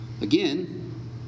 Again